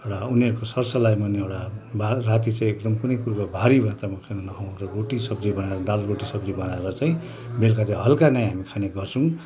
एउटा उनीहरूको सर सल्लाहमा नै एउटा राति चाहिँ एकदम कुनै कुरो भारी मात्रामा नखाऔँ र रोटी सब्जी बनाएर दाल रोटी सब्जी बनाएर चाहिँ बेलुका चाहिँ हलका नै हामी खाने गर्छौँ